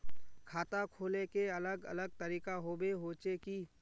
खाता खोले के अलग अलग तरीका होबे होचे की?